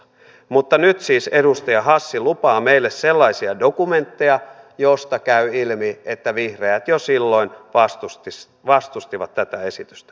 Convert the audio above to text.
mutta nyt siis edustaja hassi lupaa meille sellaisia dokumentteja joista käy ilmi että vihreät jo silloin vastustivat tätä esitystä